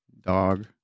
dog